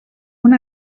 una